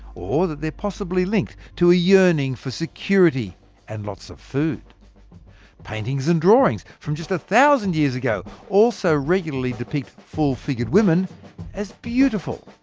or that they're possibly linked to a yearning for security and lots of foodpaintings and drawings from just a thousand years ago also regularly depict full-figured women as beautiful.